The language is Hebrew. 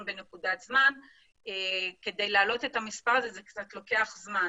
בנקודת זמן כדי להעלות את המספר הזה זה קצת לוקח זמן